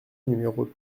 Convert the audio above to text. numéro